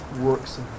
works